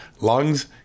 lungs